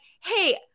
hey